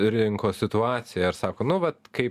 rinkos situaciją ir sako nu vat kaip